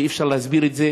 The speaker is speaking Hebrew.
ואי-אפשר להסביר את זה.